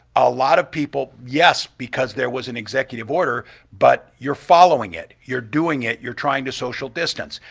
a lot of people, yes, because there was an executive order but you're following it, you're doing it, you're trying to social distance,